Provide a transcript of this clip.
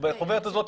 ובחוברת הזאת,